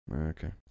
Okay